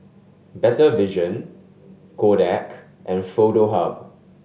Better Vision Kodak and Foto Hub